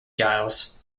giles